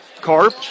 Carp